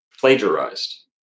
plagiarized